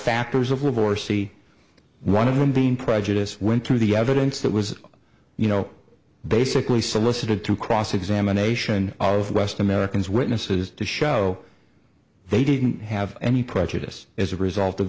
factors of orsi one of them being prejudice went to the evidence that was you know basically solicited to cross examination of west americans witnesses to show they didn't have any prejudice as a result of